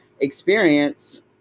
experience